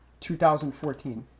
2014